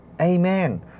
Amen